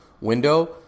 window